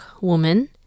woman